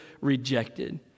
rejected